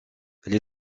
elle